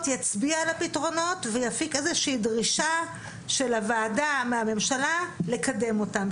יצביע על הפתרונות ויפיק איזה שהיא דרישה של הוועדה מהממשלה לקדם אותה.